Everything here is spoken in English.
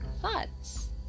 thoughts